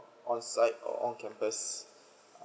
onsite or on campus